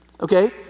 okay